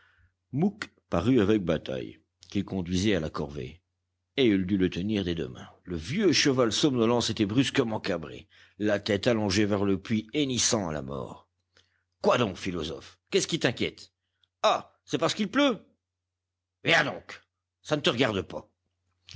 parut avec bataille qu'il conduisait à la corvée et il dut le tenir des deux mains le vieux cheval somnolent s'était brusquement cabré la tête allongée vers le puits hennissant à la mort quoi donc philosophe qu'est-ce qui t'inquiète ah c'est parce qu'il pleut viens donc ça ne te regarde pas